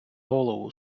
голову